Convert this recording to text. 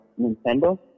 Nintendo